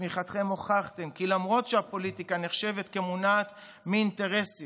בתמיכתכם הוכחתם כי למרות שהפוליטיקה נחשבת כמונעת מאינטרסים,